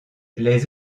les